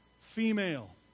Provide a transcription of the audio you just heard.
female